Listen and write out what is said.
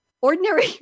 ordinary